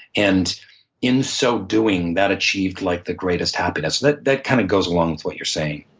and in so doing that achieved like the greatest happiness. that that kind of goes along with what you're saying.